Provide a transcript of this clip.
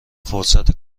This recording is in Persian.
فرصت